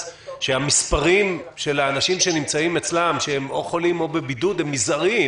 שמספר האנשים שנמצאים אצלם שהם או חולים או בבידוד הוא מזערי,